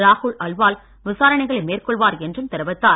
ராகுல் அல்வால் விசாரணைகளை மேற்கொள்வார் என்றும் தெரிவித்தார்